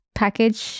package